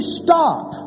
stop